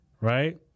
right